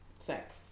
sex